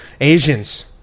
Asians